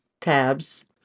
Tabs